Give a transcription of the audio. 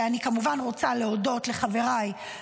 ואני כמובן רוצה להודות לחבריי,